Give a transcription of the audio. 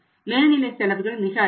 மேல்நிலை செலவுகள் மிக அதிகம்